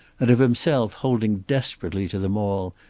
and of himself holding desperately to them all,